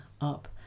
up